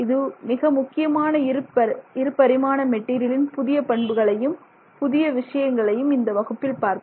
ஒரு மிக முக்கியமான இருபரிமாண மெட்டீரியலின் புதிய பண்புகளையும் புதிய விஷயங்களையும் இந்த வகுப்பில் பார்த்தோம்